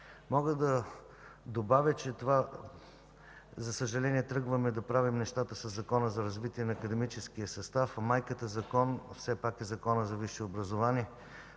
Мога да добавя, че, за съжаление, тръгваме да правим нещата със Закона за развитието на академичния състав, а майката закон все пак е Законът за висшето образование,